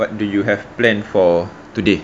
what do you have planned for today